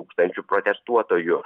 tūkstančių protestuotojų